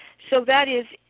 so that is,